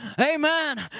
Amen